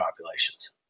populations